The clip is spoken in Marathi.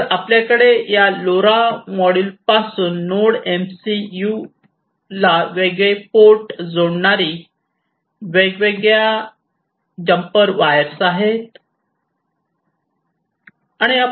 तर आपल्याकडे या लोरा मॉड्यूलपासून नोड एमसीयूला वेगवेगळे पोर्ट जोडणारी वेगवेगळ्या जम्पर वायर्स आहेत